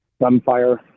gunfire